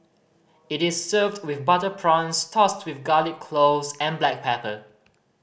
it is served with butter prawns tossed with garlic cloves and black pepper